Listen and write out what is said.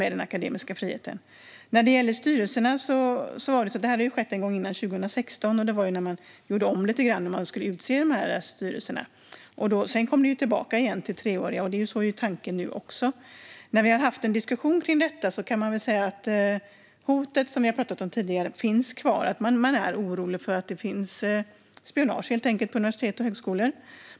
Vad gäller frågan om styrelserna har ju detta skett en gång tidigare - 2016 - när man gjorde om hur man skulle utse styrelserna. Sedan återgick det till tre år igen. Det är tanken nu också. När vi har diskuterat detta har det framkommit att hotet finns kvar. Man är orolig för att det finns spionage på universitet och högskolor.